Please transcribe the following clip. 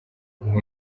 iguhe